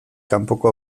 kanpoko